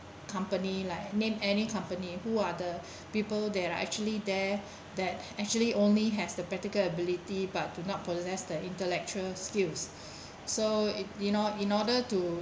company like name any company who are the people that are actually there that actually only has the practical ability but do not possess the intellectual skills so it you know in order to